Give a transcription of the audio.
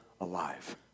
alive